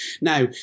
now